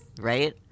Right